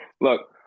Look